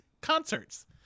concerts